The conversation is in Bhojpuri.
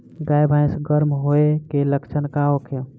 गाय भैंस गर्म होय के लक्षण का होखे?